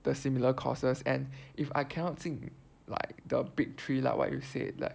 the similar courses and if I cannot 进 like the big three lah what you say like